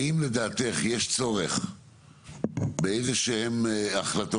האם לדעתך יש צורך באיזה שהן החלטות?